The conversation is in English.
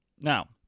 Now